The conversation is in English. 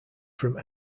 from